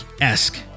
esque